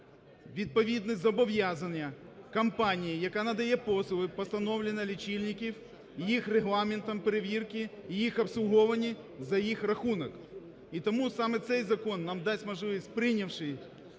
відповідні зобов’язання компанії, яка надає послуги по встановленню лічильників, їх регламентом перевірки і їх обслуговуванні за їх рахунок. І тому саме цей закон нам дасть можливість, прийнявши